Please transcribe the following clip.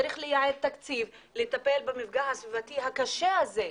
צריך לייעד תקציב לטפל במפגע הסביבתי הקשה הזה.